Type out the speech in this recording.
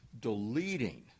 deleting